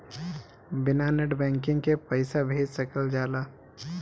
बिना net banking के पईसा भेज सकल जाला?